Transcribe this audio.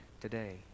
today